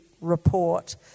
report